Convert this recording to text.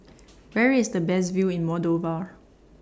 Where IS The Best View in Moldova